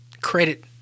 credit